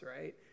right